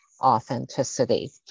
authenticity